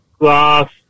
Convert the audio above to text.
glass